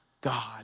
God